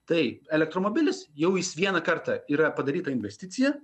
tai elektromobilis jau jis vieną kartą yra padaryta investicija